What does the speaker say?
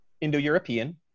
Indo-European